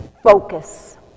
Focus